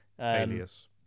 alias